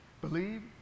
Believe